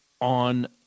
on